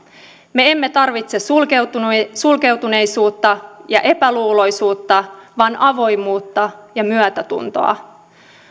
me emme tarvitse sulkeutuneisuutta sulkeutuneisuutta ja epäluuloisuutta vaan avoimuutta ja myötätuntoa